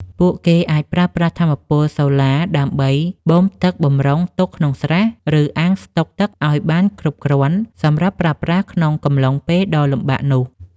ពួកគេអាចប្រើប្រាស់ថាមពលសូឡាដើម្បីបូមទឹកបម្រុងទុកក្នុងស្រះ ឬអាងស្តុកទឹកឱ្យបានគ្រប់គ្រាន់សម្រាប់ប្រើប្រាស់ក្នុងកំឡុងពេលដ៏លំបាកនោះ។